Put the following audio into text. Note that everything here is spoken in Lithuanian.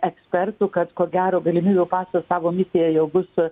ekspertų kad ko gero galimybių pasas savo misiją jau bus